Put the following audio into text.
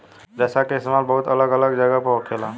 रेशा के इस्तेमाल बहुत अलग अलग जगह पर होखेला